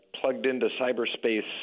plugged-into-cyberspace